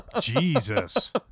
Jesus